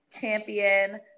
champion